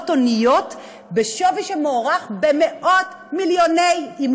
הוניות בשווי שמוערך במאות-מיליוני שקלים,